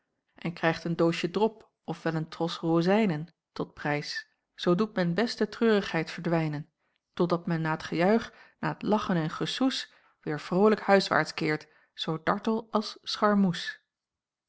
en krijgt een doosje drop of wel een tros rozijnen tot prijs zoo doet men best de treurigheid verdwijnen totdat men na t gejuich na t lachen en gesoes weêr vrolijk huiswaarts keert zoo dartel als scharmoes